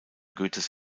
goethes